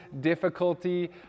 difficulty